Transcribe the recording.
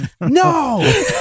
no